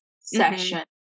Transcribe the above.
session